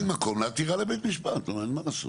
אז יש מקום לעתירה לבית משפט, נו אין מה לעשות.